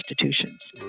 institutions